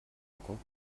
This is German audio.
packung